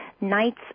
nights